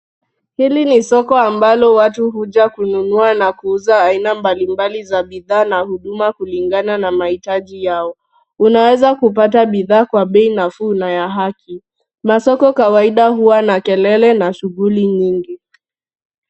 Hili ni soko ambalo watu huja kununua na kuuza aina mbali mbali za bidhaa na huduma kulingana na mahitaji yao. Unaweza kupata bidhaa kwa bei nafuu na ya haki. Masoko kawaida huwa na kelele na shughuli nyingi.